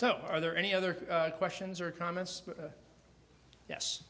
so are there any other questions or comments yes